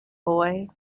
boy